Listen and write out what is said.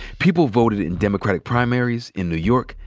people voted in democratic primaries in new york,